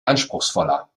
anspruchsvoller